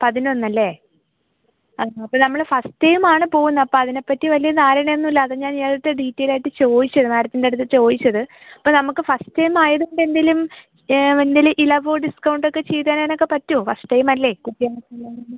പതിനൊന്ന് അല്ലേ അപ്പം നമ്മൾ ഫസ്റ്റ് ടൈമാണ് പോവുന്നത് അപ്പം അതിനെ പറ്റി വലിയ ധാരണ ഒന്നും ഇല്ല അത് ഞാൻ ഇയാളുടെ അടുത്ത് ഡീറ്റെയിലായിട്ട് ചോദിച്ചത് മാഡത്തിൻ്റെ അടുത്ത് ചോദിച്ചത് ഇപ്പം നമുക്ക് ഫസ്റ്റ് ടൈം ആയത് കൊണ്ട് എന്തെങ്കിലും എന്തെങ്കിലും ഇളവോ ഡിസ്കൗണ്ട് ഒക്കെ ചെയ്ത് തരാനൊക്കെ പറ്റുമോ ഫസ്റ്റ് ടൈമ് അല്ലേ കുട്ടികളൊക്കെ ഉള്ളതു കൊണ്ട്